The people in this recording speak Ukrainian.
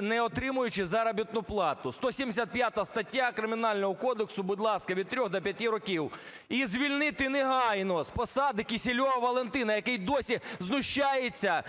не отримуючи заробітну плату. 175 стаття Кримінального кодексу, будь ласка, від 3 до 5 років. І звільнити негайно з посади Кисельова Валентина, який досі знущається